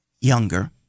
younger